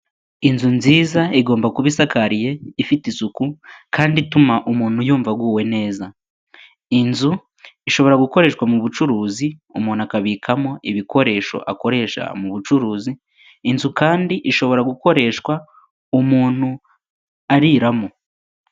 Inzu nziza igomba kuba isakariye, ifite isuku kandi ituma umuntu yumva aguwe neza, inzu ishobora gukoreshwa mu bucuruzi umuntu akabikamo ibikoresho akoresha mu bucuruzi, inzu kandi ishobora gukoreshwa umuntu ariramo.